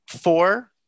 four